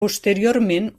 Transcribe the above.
posteriorment